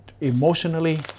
emotionally